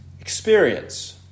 experience